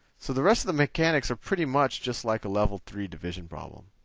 so the rest of the mechanics are pretty much just like a level three division problem.